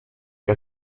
che